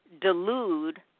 delude